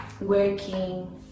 working